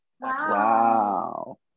Wow